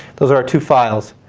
those are our two files.